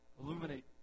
illuminate